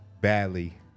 badly